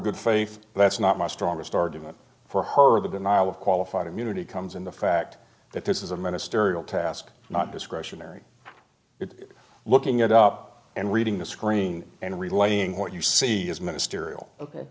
good faith that's not my strongest argument for her the denial of qualified immunity comes in the fact that this is a ministerial task not discretionary it looking it up and reading the screen and relaying what you see as ministerial ok